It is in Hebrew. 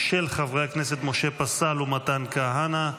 של חברי הכנסת משה פסל ומתן כהנא.